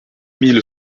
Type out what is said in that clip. mille